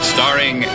Starring